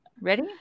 Ready